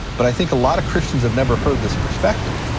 but i think a lot of christians have never heard this perspective.